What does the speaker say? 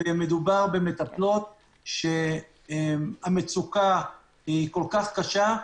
מדובר במטפלות שהמצוקה היא כל כך קשה.